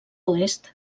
oest